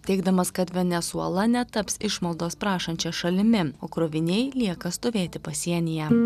teigdamas kad venesuela netaps išmaldos prašančia šalimi o kroviniai lieka stovėti pasienyje